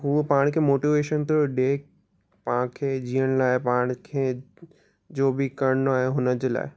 हूंअ पाण खे मोटिवेशन थो ॾे पाण खे जीअण लाइ पाण खे जो बि करिणो आहे हुन जे लाइ